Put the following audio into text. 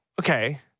Okay